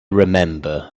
remember